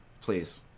Please